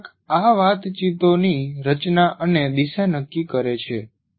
શિક્ષક આ વાતચીતોની રચના અને દિશા નક્કી કરે છે